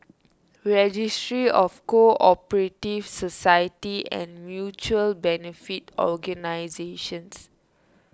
Registry of Co Operative Societies and Mutual Benefit Organisations